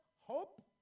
hope